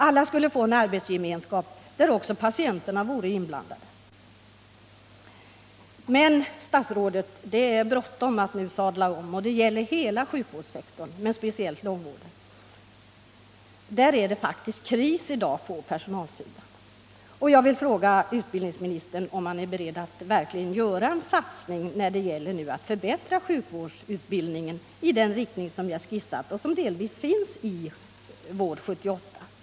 Alla skulle få en arbetsgemenskap där också patienterna var inblandade. Men, statsrådet Wikström, det är bråttom att nu sadla om. Det gäller hela sjukvårdssektorn, men speciellt långvården. Där är det faktiskt kris i dag på personalsidan. Jag vill fråga utbildningsministern om han är beredd att verkligen göra en satsning när det gäller att förbättra sjukvårdsutbildningen i den riktning som jag skissatoch som delvis finns angiven i det förslag Vård 77 lagt fram.